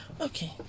Okay